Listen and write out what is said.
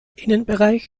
innenbereich